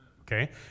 Okay